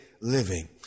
living